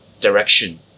direction